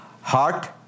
Heart